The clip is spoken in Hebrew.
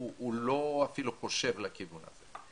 אפילו לא חושב לכיוון הזה.